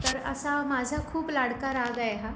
तर असा माझा खूप लाडका राग आहे हा